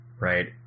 Right